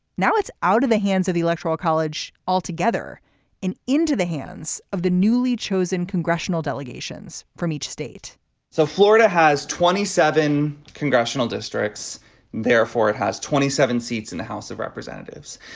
now it's out of the hands of the electoral college altogether and into the hands of the newly chosen congressional delegations from each state so florida has twenty seven congressional districts therefore it has twenty seven seats in the house of representatives.